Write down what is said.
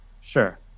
Sure